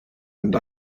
and